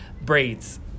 braids